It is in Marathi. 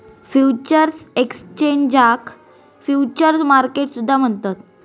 फ्युचर्स एक्सचेंजाक फ्युचर्स मार्केट सुद्धा म्हणतत